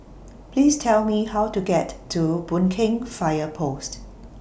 Please Tell Me How to get to Boon Keng Fire Post